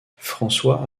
françois